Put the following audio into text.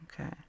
Okay